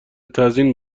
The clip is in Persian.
تزیین